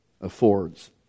affords